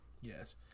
Yes